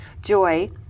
Joy